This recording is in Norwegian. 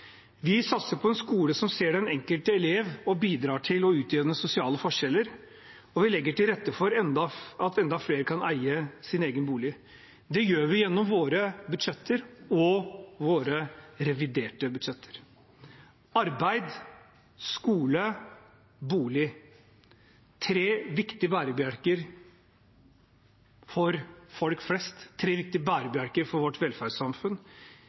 Vi satser på en skole som ser den enkelte elev og bidrar til å utjevne sosiale forskjeller. Vi legger til rette for at enda flere kan eie sin egen bolig. Dette gjør vi gjennom våre budsjetter og våre reviderte budsjetter. Arbeid, skole og bolig – tre viktige bærebjelker for folk flest, tre viktige bærebjelker for vårt velferdssamfunn.